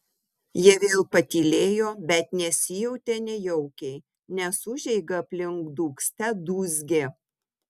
jie vėl patylėjo bet nesijautė nejaukiai nes užeiga aplink dūgzte dūzgė